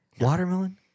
Watermelon